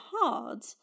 hard